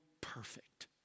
perfect